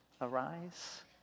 Arise